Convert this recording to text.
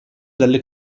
dalle